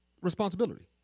responsibility